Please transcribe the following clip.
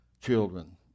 Children